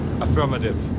Affirmative